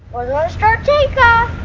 start take off!